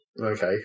Okay